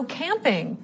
camping